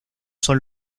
son